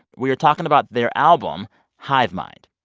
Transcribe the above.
we are talking about their album hive mind.